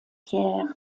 pierre